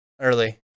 early